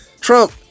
Trump